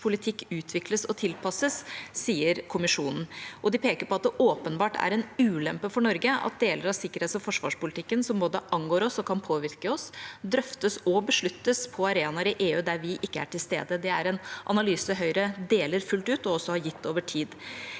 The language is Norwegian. politikk utvikles og tilpasses, sier kommisjonen. De peker også på at det åpenbart er en ulempe for Norge at deler av sikkerhets- og forsvarspolitikken som både angår oss og kan påvirke oss, drøftes og besluttes på arenaer i EU der vi ikke er til stede. Det er en analyse Høyre deler fullt ut, og også har gitt over tid.